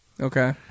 Okay